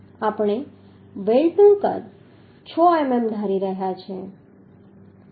આપણે વેલ્ડનું કદ 6 મીમી ધારી રહ્યા છીએ